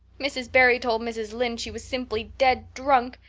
mrs. barry told mrs. lynde she was simply dead drunk.